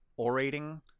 orating